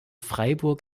freiburg